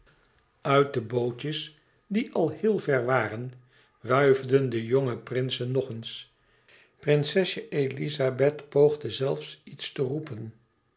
uit de bootjes die al heel ver waren wuifden de jonge e ids aargang prinsen nog eens prinsesje elizabeth poogde zelfs iets te roepen